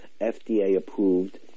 FDA-approved